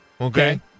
Okay